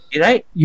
right